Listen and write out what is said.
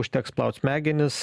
užteks plaut smegenis